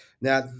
Now